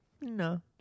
no